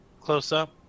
close-up